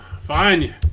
Fine